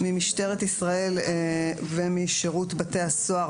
ממשטרת ישראל ומשירות בתי-הסוהר,